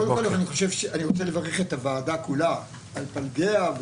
אני רוצה לברך את הוועדה כולה על ניהול הדיון.